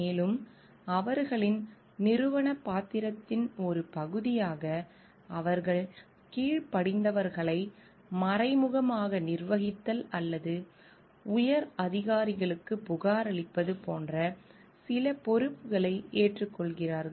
மேலும் அவர்களின் நிறுவனப் பாத்திரத்தின் ஒரு பகுதியாக அவர்கள் கீழ்படிந்தவர்களை மறைமுகமாக நிர்வகித்தல் அல்லது உயர் அதிகாரிகளுக்குப் புகாரளிப்பது போன்ற சில பொறுப்புகளை ஏற்றுக்கொள்கிறார்கள்